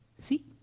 See